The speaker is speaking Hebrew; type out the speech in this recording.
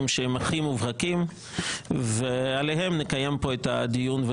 שהם הכי מובהקים ועליהם נקיים כאן את הדיון.